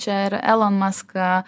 čia ir elon maską